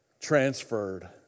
transferred